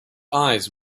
eyes